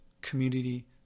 community